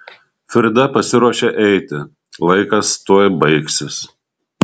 frida pasiruošė eiti laikas tuoj baigsis